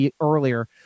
earlier